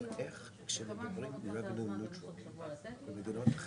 בשעות של